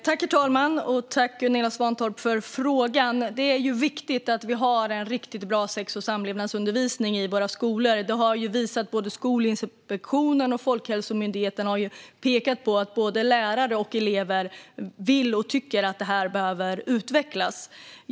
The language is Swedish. Herr talman! Tack, Gunilla Svantorp, för frågan! Det är viktigt att vi har en riktigt bra sex och samlevnadsundervisning i våra skolor. Både Skolinspektionen och Folkhälsomyndigheten har ju pekat på att både lärare och elever tycker att det här behöver utvecklas.